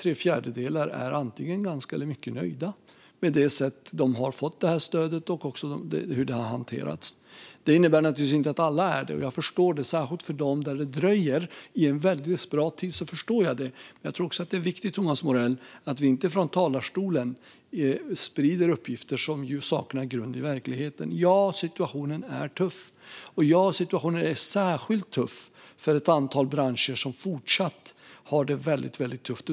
Tre fjärdedelar var antingen ganska eller mycket nöjda med det sätt de fått stöd på och hur det hanterats. Det innebär naturligtvis inte att alla är det. Jag förstår det, särskilt när det dröjer i en väldigt desperat tid. Men jag tror också att det är viktigt, Thomas Morell, att vi inte från talarstolen sprider uppgifter som saknar grund i verkligheten. Ja, situationen är tuff, och den är särskilt tuff för ett antal branscher som fortsatt har det väldigt svårt.